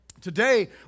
Today